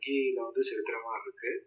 வங்கியில் வந்து செலுத்துகிற மாதிரி இருக்குது